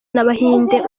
n’abahinde